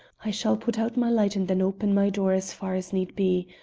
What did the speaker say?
i shall put out my light and then open my door as far as need be.